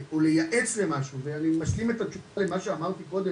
לייעץ למשהו ואני משלים את התשובה למה שאמרתי קודם,